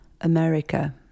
America